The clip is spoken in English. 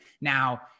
Now